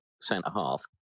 centre-half